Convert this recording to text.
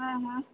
हँ हँ